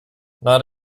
not